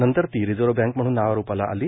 नंतर ती reserve bank म्हणून नावारूपाला आली